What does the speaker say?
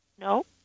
No